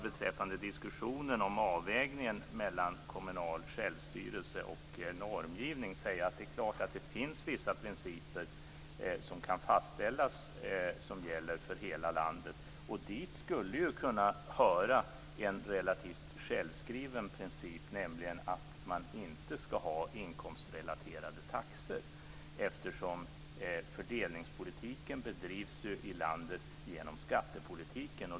Beträffande diskussionen om avvägningen mellan kommunal självstyrelse och normgivning vill jag säga att det är klart att det finns vissa principer som kan fastställas som gäller för hela landet. Dit skulle en relativt självskriven princip kunna höra, nämligen att man inte skall ha inkomstrelaterade taxor. Fördelningspolitiken i landet bedrivs ju genom skattepolitiken.